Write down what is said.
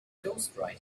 ghostwriting